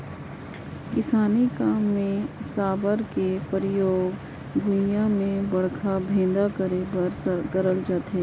किसानी काम मे साबर कर परियोग भुईया मे बड़खा बेंधा करे बर करल जाथे